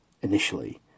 initially